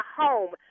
home